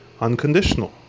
unconditional